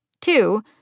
Two